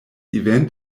event